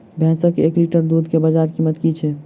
भैंसक एक लीटर दुध केँ बजार कीमत की छै?